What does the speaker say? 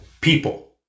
People